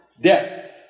Death